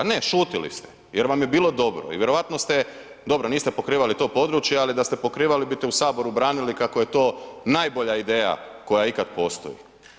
Ne, šutili ste jer vam je bilo dobro i vjerojatno ste, dobro, niste pokrivali to područje, ali da ste pokrivali bite u Saboru branili kako je to najbolja ideja koja ikad postoji.